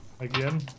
Again